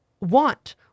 want